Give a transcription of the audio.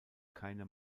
keine